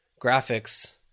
graphics